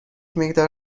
مقدار